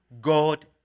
God